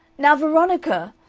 now, veronica!